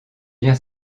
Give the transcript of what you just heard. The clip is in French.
bien